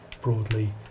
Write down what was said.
broadly